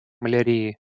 малярией